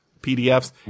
PDFs